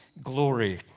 glory